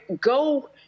go